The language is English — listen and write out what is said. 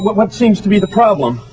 what what seems to be the problem.